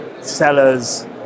sellers